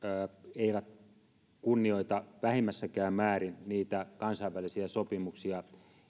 eivät kunnioita vähimmässäkään määrin niitä kansainvälisiä sopimuksia